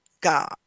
God